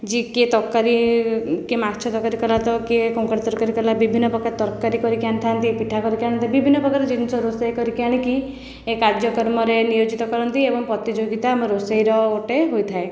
ଯିଏ କିଏ ତରକାରୀ କିଏ ମାଛ ତରକାରୀ କଲା ତ କିଏ କଙ୍କଡା ତରକାରୀ କଲା ବିଭିନ୍ନ ପ୍ରକାରର ତରକାରୀ କରିକି ଆଣିଥାନ୍ତି ପିଠା କରିକି ଆଣିଥାନ୍ତି ବିଭିନ୍ନ ପ୍ରକାର ଜିନିଷ ରୋଷେଇ କରିକି ଆଣିକି ଏ କାର୍ଯ୍ୟକ୍ରମରେ ନିୟୋଜିତ କରନ୍ତି ଏବଂ ପ୍ରତିଯୋଗିତା ଆମ ରୋଷେଇର ଗୋଟିଏ ହୋଇଥାଏ